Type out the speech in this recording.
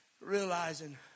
Realizing